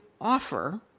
offer